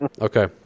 Okay